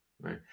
right